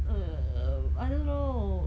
ugh um I don't know